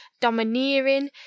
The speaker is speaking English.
domineering